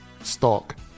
stock